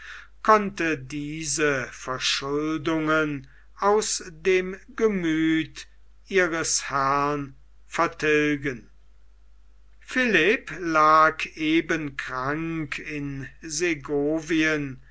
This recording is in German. konnte diese verschuldungen aus dem gemüthe ihres herrn vertilgen philipp lag eben krank in segovien